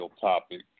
topic